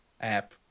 app